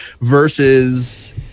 Versus